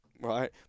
Right